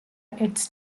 its